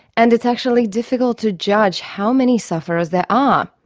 and it's actually difficult to judge how many sufferers there are.